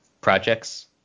projects